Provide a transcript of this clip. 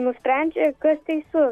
nusprendžia kas teisu